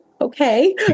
Okay